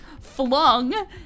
flung